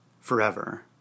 forever